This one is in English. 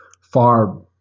far